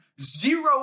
zero